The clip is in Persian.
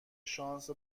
شانس